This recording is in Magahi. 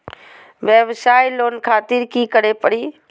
वयवसाय लोन खातिर की करे परी?